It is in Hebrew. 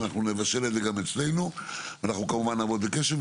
אנחנו גם נבשל את זה אצלנו ונעמוד בקשר,